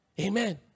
Amen